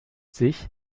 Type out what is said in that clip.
sich